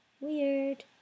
weird